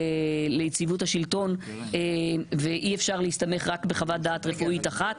ליציבות השלטון ואי אפשר להסתמך רק בחוות דעת רפואית אחת